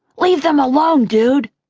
leave them alone, dude,